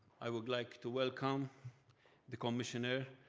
i would like to welcome the commissioner,